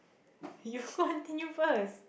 you continue first